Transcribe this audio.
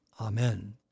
Amen